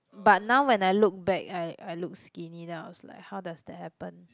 but now when I look back I I looked skinny then I was like how does that happen